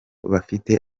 bafite